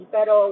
Pero